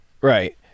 right